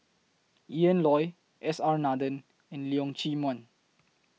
Ian Loy S R Nathan and Leong Chee Mun